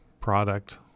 product